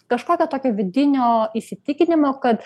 kažkokio tokio vidinio įsitikinimo kad